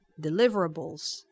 deliverables